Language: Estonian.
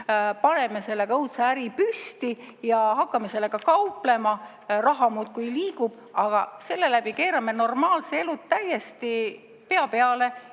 paneme sellega õudse äri püsti ja hakkame sellega kauplema, raha muudkui liigub, aga selle läbi keerame normaalse elu täiesti pea peale,